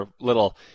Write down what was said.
little